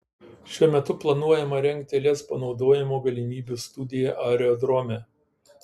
šiuo metu planuojama rengti lez panaudojimo galimybių studija aerodrome